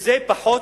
זה פחות,